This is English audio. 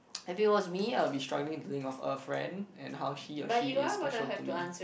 if it was me I'll be struggling to think of a friend and how he or she is special to me